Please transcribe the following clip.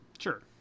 Sure